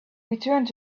returned